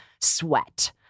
sweat